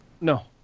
No